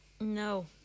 No